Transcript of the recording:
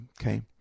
Okay